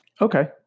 Okay